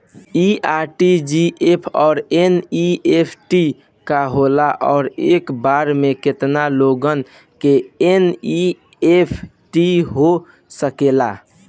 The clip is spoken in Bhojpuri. इ आर.टी.जी.एस और एन.ई.एफ.टी का होला और एक बार में केतना लोगन के एन.ई.एफ.टी हो सकेला?